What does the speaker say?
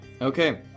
Okay